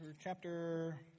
chapter